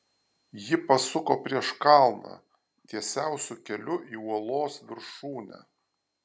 ji pasuko prieš kalną tiesiausiu keliu į uolos viršūnę